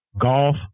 golf